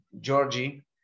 Georgie